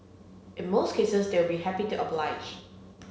in most cases they will be happy to oblige